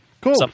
Cool